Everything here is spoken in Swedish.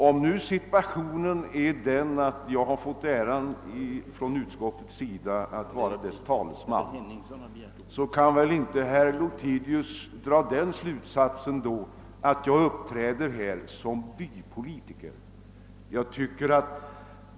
Av den omständigheten att jag har fått äran att vara utskottets talesman kan herr Lothigius inte dra den slutsatsen att jag uppträder som bypolitiker.